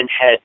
head